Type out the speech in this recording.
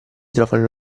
trovano